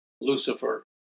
Lucifer